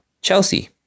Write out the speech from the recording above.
Chelsea